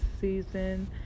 season